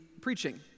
preaching